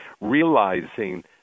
realizing